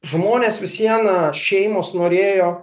žmonės vis vien šeimos norėjo